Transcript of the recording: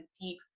deep